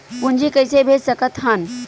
पूंजी कइसे भेज सकत हन?